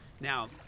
Now